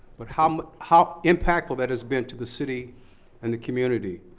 but how how impactful that has been to the city and the community.